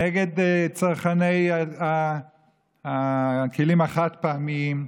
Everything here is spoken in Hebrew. נגד צרכני הכלים חד-פעמיים.